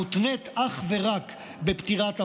מותנית אך ורק בפטירת הבעל,